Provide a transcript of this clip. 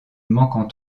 manquant